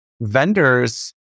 vendors